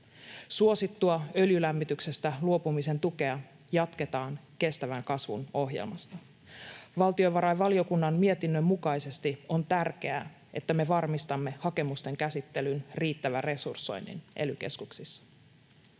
Suosittua öljylämmityksestä luopumisen tukea jatketaan kestävän kasvun ohjelmassa. Valtiovarainvaliokunnan mietinnön mukaisesti on tärkeää, että me varmistamme hakemusten käsittelyyn riittävän resursoinnin ely-keskuksissa.